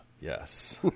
yes